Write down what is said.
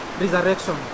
resurrection